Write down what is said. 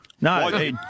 No